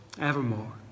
evermore